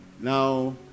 Now